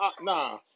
nah